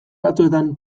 batzuetan